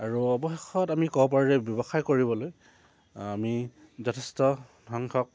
আৰু অৱশেষত আমি ক'ব পাৰো যে ব্যৱসায় কৰিবলৈ আমি যথেষ্ট ধ্বংসক